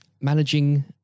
managing